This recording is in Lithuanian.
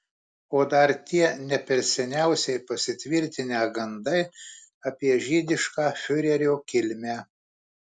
o dar tie ne per seniausiai pasitvirtinę gandai apie žydišką fiurerio kilmę